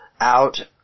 out